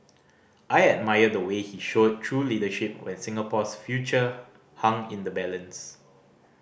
I admire the way he showed true leadership when Singapore's future hung in the balance